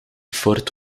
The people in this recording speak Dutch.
ford